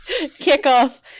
kickoff